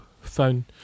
phone